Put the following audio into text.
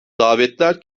davetler